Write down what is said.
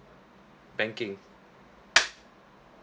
banking